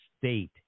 state